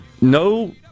no